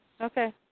Okay